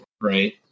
right